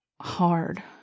hard